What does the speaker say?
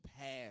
past